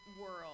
world